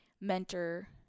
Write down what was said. mentor